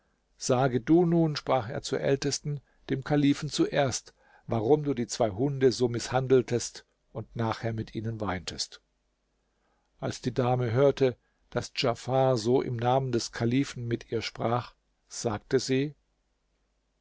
sage du nun sprach er zur ältesten dem kalifen zuerst warum du die zwei hunde so mißhandeltest und nachher mit ihnen weintest als die dame hörte daß djafar so im namen des kalifen mit ihr sprach sagte sie